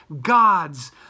God's